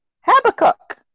Habakkuk